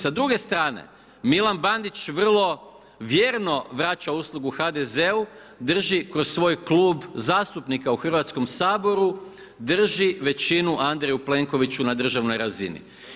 Sa druge strane Milan Bandić vrlo vjerno vraća uslugu HDZ-u, drži kroz svoj klub zastupnika u Hrvatskom saboru, drži većinu Andreju Plenkoviću na državnoj razini.